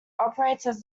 operates